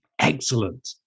Excellent